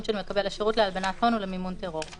של מקבל השירות להלבנת הון ולמימון טרור,